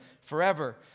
forever